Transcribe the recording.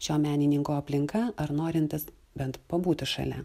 šio menininko aplinka ar norintys bent pabūti šalia